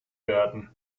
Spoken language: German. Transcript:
werden